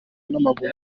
n’amaguru